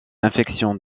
infection